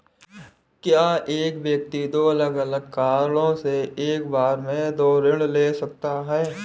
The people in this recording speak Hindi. क्या एक व्यक्ति दो अलग अलग कारणों से एक बार में दो ऋण ले सकता है?